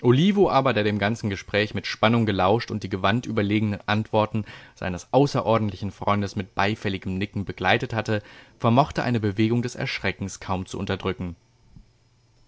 aber der dem ganzen gespräch mit spannung gelauscht und die gewandt überlegenen antworten seines außerordentlichen freundes mit beifälligem nicken begleitet hatte vermochte eine bewegung des erschreckens kaum zu unterdrücken